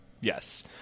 Yes